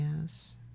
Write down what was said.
Yes